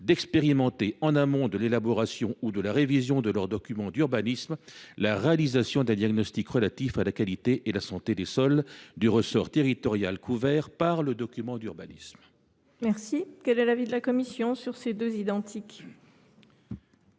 d’expérimenter, en amont de l’élaboration ou de la révision de leurs documents d’urbanisme, la réalisation d’un diagnostic relatif à la qualité et à la santé des sols du ressort territorial couvert par le document d’urbanisme. Quel est l’avis de la commission ? Je veux tout